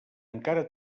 encara